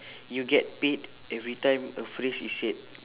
you get paid every time a phrase is said